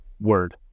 word